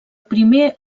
primer